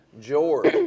George